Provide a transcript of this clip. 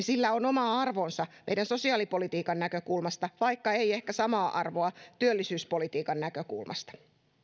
sillä on oma arvonsa meidän sosiaalipolitiikan näkökulmasta vaikka ei ehkä samaa arvoa työllisyyspolitiikan näkökulmasta